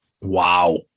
wow